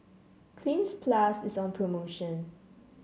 Cleanz Plus is on promotion